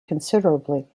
considerably